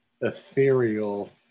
ethereal